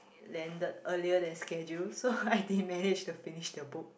landed earlier than schedule so I didn't manage to finish the book